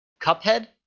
Cuphead